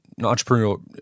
entrepreneurial